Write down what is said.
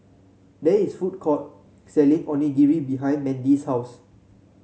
there is food court selling Onigiri behind Mandy's house